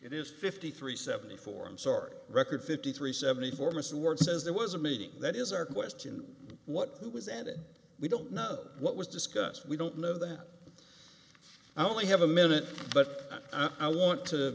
it is fifty three seventy four i'm sorry record fifty three seventy four mr ward says there was a meeting that is our question what it was and it we don't know what was discussed we don't know that i only have a minute but i want to